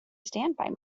standby